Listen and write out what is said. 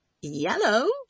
yellow